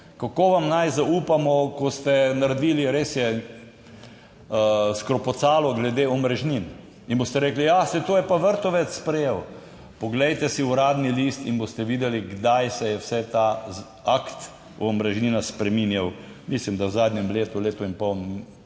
kako vam naj zaupamo, ko ste naredili, res je, skrpocalo glede omrežnin? In boste rekli, ja saj to je pa Vrtovec sprejel. Poglejte si Uradni list in boste videli kdaj se je vse ta akt o omrežnina spreminjal - mislim da v zadnjem letu, letu in pol,